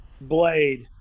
Blade